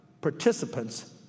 participants